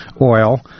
oil